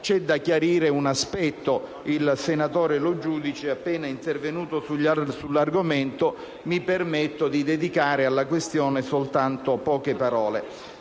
c'è da chiarire un aspetto. Il senatore Lo Giudice è appena intervenuto sull'argomento. Mi permetto di dedicare alla questione soltanto poche parole.